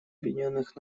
объединенных